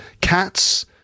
cats